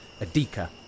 Adika